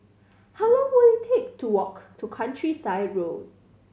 how long will it take to walk to Countryside Road